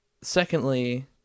secondly